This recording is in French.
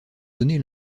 donner